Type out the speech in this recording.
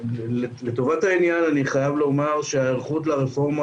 לטובת העניין אני חייב לומר שההיערכות לרפורמה